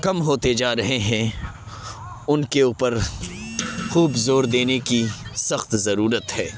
کم ہوتے جا رہے ہیں ان کے اوپر خوب زور دینے کی سخت ضرورت ہے